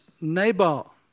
nabal